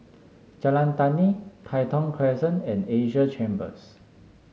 Jalan Tani Tai Thong Crescent and Asia Chambers